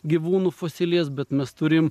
gyvūnų fosilijas bet mes turim